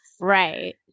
Right